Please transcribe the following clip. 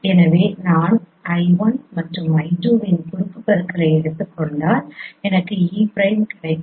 எனவே நான் l 1 மற்றும் l 2 இன் குறுக்கு பெருக்களை எடுத்துக் கொண்டால் எனக்கு e பிரைம் கிடைக்கும்